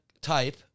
type